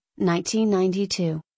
1992